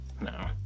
No